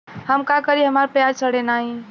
हम का करी हमार प्याज सड़ें नाही?